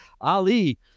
Ali